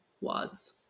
wads